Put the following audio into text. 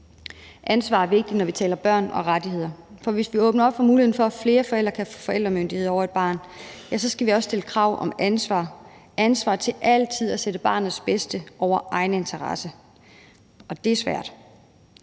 Ansvar er vigtigt, når vi taler børn og rettigheder, for hvis vi åbner op for muligheden for, at flere forældre kan få forældremyndighed over et barn, ja, så skal vi også stille krav om ansvar – ansvar for altid at sætte barnets bedste over egen interesse, og det er svært.